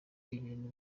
ibintu